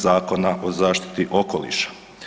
Zakona o zaštiti okoliša.